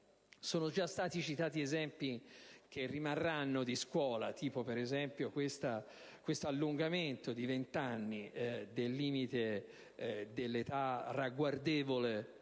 Sono già stati citati esempi che rimarranno di scuola, tipo l'allungamento di venti anni del limite dell'età ragguardevole